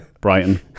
Brighton